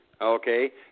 okay